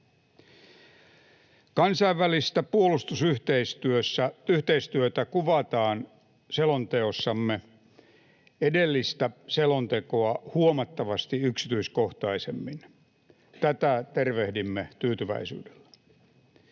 Kansainvälistä puolustusyhteistyötä kuvataan selonteossamme edellistä selontekoa huomattavasti yksityiskohtaisemmin. Tätä tervehdimme tyytyväisyydellä.